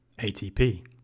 ATP